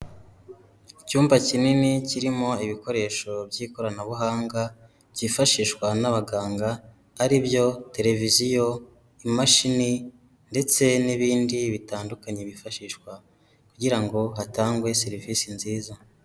Icyumba kinini kirimo ibikoresho by'ikoranabuhanga byifashishwa n'abaganga ari byo televiziyo, imashini ndetse n'ibindi bitandukanye bifashishwa kugira ngo hatangwe serivise nziza.